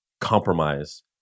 compromise